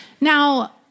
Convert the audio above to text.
Now